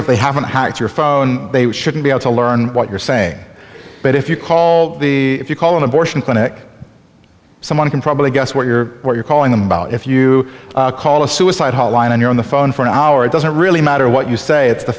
if they haven't how it's your phone they shouldn't be able to learn what you're saying but if you call the if you call an abortion clinic someone can probably guess what you're what you're calling them about if you call a suicide hotline and you're on the phone for an hour it doesn't really matter what you say it's the